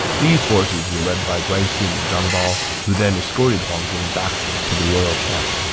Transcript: these forces were led by guan xing and zhang bao, who then escorted huang zhong back to the royal camp.